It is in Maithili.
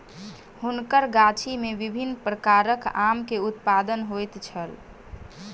हुनकर गाछी में विभिन्न प्रकारक आम के उत्पादन होइत छल